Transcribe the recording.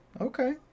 Okay